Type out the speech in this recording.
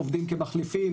עובדים כמחליפים,